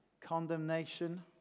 condemnation